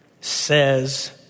says